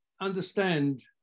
understand